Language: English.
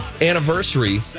anniversary